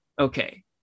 Okay